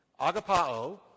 agapao